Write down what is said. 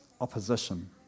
opposition